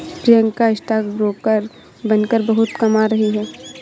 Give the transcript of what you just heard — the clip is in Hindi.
प्रियंका स्टॉक ब्रोकर बनकर बहुत कमा रही है